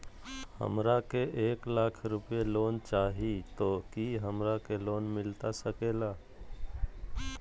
हमरा के एक लाख रुपए लोन चाही तो की हमरा के लोन मिलता सकेला?